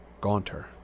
gaunter